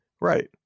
Right